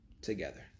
together